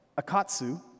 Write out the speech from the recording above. Akatsu